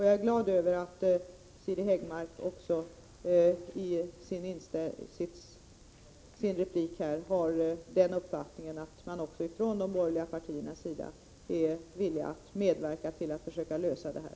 Jag är glad över att Siri Häggmark i sin replik också gav uttryck för uppfattningen att man från de borgerliga partiernas sida är villig att medverka till lösningar.